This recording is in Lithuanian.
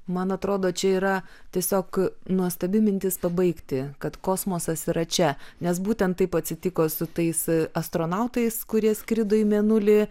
man atrodo čia yra tiesiog nuostabi mintis pabaigti kad kosmosas yra čia nes būtent taip atsitiko su tais astronautais kurie skrido į mėnulį